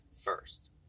first